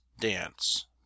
Dance